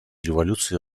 революции